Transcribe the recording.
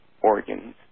organs